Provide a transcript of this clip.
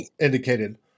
indicated